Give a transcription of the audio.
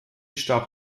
starb